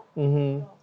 mmhmm